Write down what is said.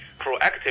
proactively